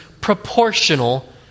proportional